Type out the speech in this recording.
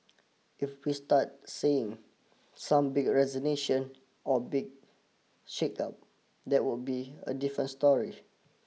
if we start seeing some big resignation or big shake up that would be a different story